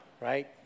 right